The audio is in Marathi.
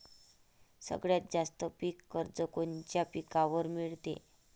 सगळ्यात जास्त पीक कर्ज कोनच्या पिकावर मिळते?